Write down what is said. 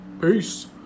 Peace